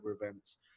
events